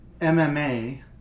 MMA